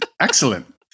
excellent